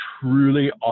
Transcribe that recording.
truly